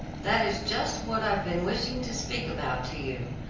that is just what i have been wishing to speak about to you.